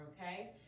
Okay